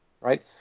right